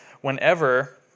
whenever